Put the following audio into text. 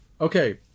okay